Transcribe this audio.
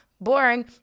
Boring